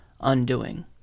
undoing